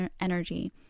energy